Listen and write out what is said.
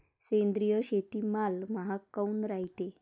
सेंद्रिय शेतीमाल महाग काऊन रायते?